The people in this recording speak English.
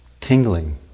tingling